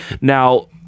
Now